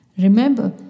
Remember